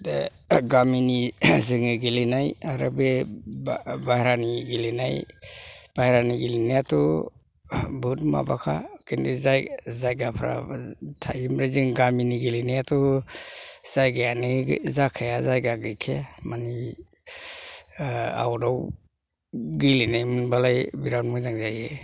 दा गामिनि जोङो गेलेनाय आरो बे बाइहेरानि गेलेनाय बाइहेरानि गेलेनायाथ' बुहुत माबाखा खिन्थु जायगाफ्राबा थायो ओमफ्राय जों गामिनि गेलेनायाथ' जायगायानो गै जाखाया जायगा गैखाया मानि आउटआव गेलेनाय मोनबालाय बिराथ मोजां जायो